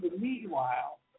Meanwhile